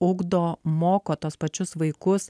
ugdo moko tuos pačius vaikus